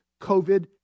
COVID